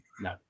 No